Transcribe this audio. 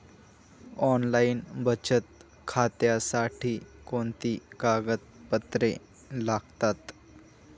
Online बचत खात्यासाठी कोणती कागदपत्रे लागतात?